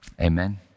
Amen